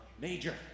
major